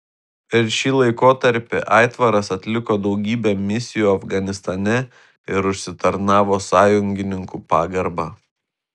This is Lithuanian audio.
per šį laikotarpį aitvaras atliko daugybę misijų afganistane ir užsitarnavo sąjungininkų pagarbą